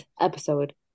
episode